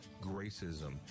Gracism